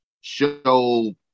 show